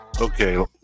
okay